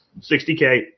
$60K